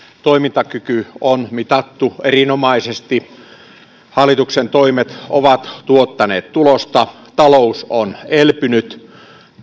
toimintakyky on mitattu erinomaisesti hallitukset toimet ovat tuottaneet tulosta talous on elpynyt